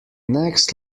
next